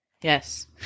Yes